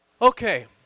Okay